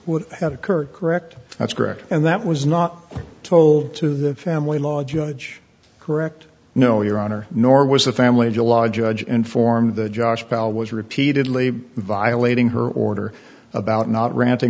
would have occurred correct that's correct and that was not told to the family law judge correct no your honor nor was the family in july judge informed the josh powell was repeatedly violating her order about not ranting